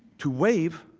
to waive